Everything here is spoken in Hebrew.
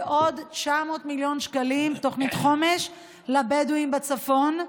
ועוד 900 מיליון שקלים בתוכנית חומש לבדואים בצפון,